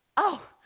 oh,